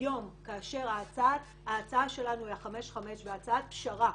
היום כאשר ההצעה שלנו היא ל-5-5 והצעת הפשרה